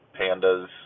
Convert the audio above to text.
pandas